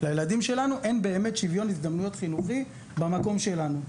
לילדים שלנו אין באמת שוויון הזדמנויות חינוכי במקום שלנו,